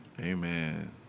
Amen